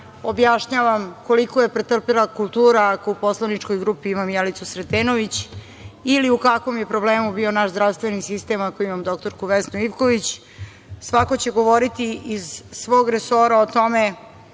objašnjavam koliko je pretrpela kultura ako u poslaničkoj grupi imam Jelicu Sretenović ili u kakvom je problemu bio naš zdravstveni sistem ako imam doktorku Vesnu Ivković. Svako će govoriti iz svog resora o tome